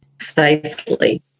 safely